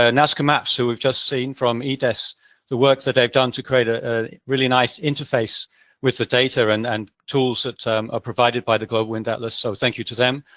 ah nazka mapps, who we've just seen from ides, the work that they've done to create a really nice interface with the data, and and tools that are provided by the global wind atlas. so, thank you to them.